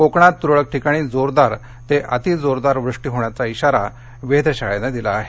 कोकणात तुरळक ठिकाणी जोरदार ते अति जोरदार वृष्टी होण्याचा इशारा वेधशाळेनं दिला आहे